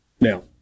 Now